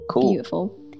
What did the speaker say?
beautiful